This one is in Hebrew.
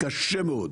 קשה מאוד.